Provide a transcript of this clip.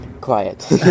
quiet